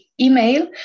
email